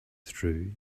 through